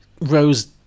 rose